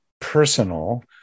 personal